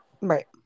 Right